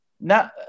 now